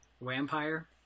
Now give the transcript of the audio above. Vampire